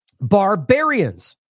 Barbarians